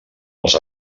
els